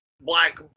Black